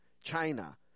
China